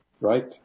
Right